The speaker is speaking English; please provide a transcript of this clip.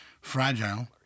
fragile